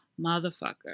motherfucker